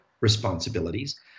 responsibilities